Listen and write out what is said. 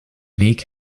weg